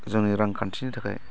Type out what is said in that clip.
जोंनि रांखान्थिनि थाखाय